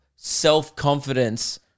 Self-confidence